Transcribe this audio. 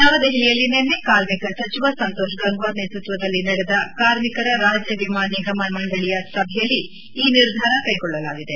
ನವದೆಹಲಿಯಲ್ಲಿ ನಿನ್ನೆ ಕಾರ್ಮಿಕ ಸಚಿವ ಸಂತೋಷ್ ಗಂಗ್ಲಾರ್ ನೇತ್ವತ್ಸದಲ್ಲಿ ನಡೆದ ಕಾರ್ಮಿಕರ ರಾಜ್ಯ ವಿಮಾ ನಿಗಮ ಮಂಡಳಿಯ ಸಭೆಯಲ್ಲಿ ಈ ನಿರ್ಧಾರ ಕೈಗೊಳ್ಳಲಾಗಿದೆ